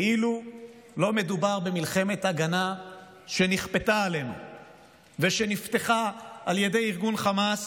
כאילו לא מדובר במלחמת הגנה שנכפתה עלינו ושנפתחה על ידי ארגון חמאס,